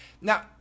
Now